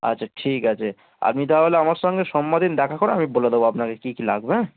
আচ্ছা ঠিক আছে আপনি তাহলে আমার সঙ্গে সোমবার দিন দেখা করুন আমি বলে দেবো আপনাকে কী কী লাগবে হ্যাঁ